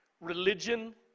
Religion